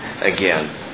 again